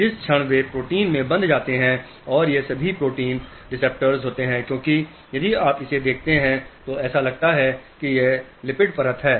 जिस क्षण वे प्रोटीन में बंध जाते हैं और ये सभी प्रोटीन रिसेप्टर्स होते हैं क्योंकि यदि आप इसे देखते हैं तो ऐसा लगता है कि यह लिपिड परत है